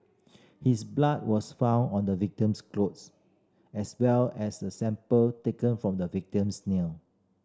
his blood was found on the victim's clothes as well as a sample taken from the victim's nail